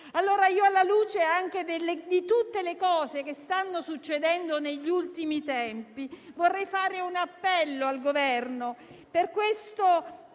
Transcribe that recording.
Allora, alla luce anche di tutte le cose che stanno succedendo negli ultimi tempi, vorrei fare un appello al Governo per questo